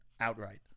outright